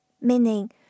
meaning